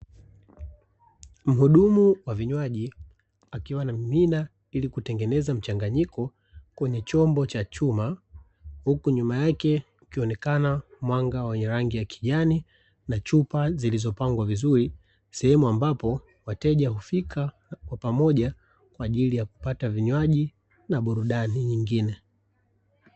Muhudumu wa vinwaji akiwa anamimina ili kutengeneza mchanganyiko kwenye chombo cha chuma, huku nyuma yake ukionekana mwanga wenye rangi ya kijani na chupa zilizopangwa vizuri. Sehemu ambapo wateja hufika kwa pamoja kwa ajili ya kupata vinywaji na burudani nyingine.